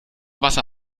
wasser